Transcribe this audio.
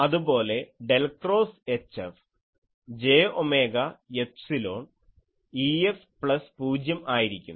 അതുപോലെ del cross HF j omega epsilon EFപ്ലസ് പൂജ്യം ആയിരിക്കും